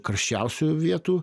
karščiausių vietų